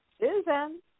Susan